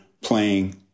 playing